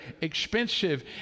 expensive